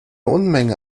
unmenge